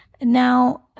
Now